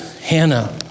Hannah